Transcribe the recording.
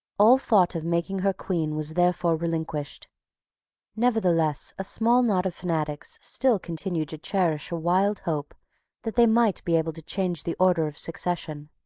all thought of making her queen was therefore relinquished nevertheless, a small knot of fanatics still continued to cherish a wild hope that they might be able to change the order of succession.